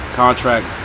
contract